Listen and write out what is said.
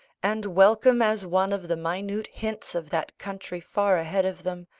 and welcome as one of the minute hints of that country far ahead of them,